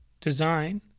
Design